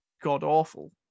god-awful